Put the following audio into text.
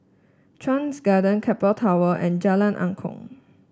Chuan Garden Keppel Towers and Jalan Angklong